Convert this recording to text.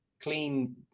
clean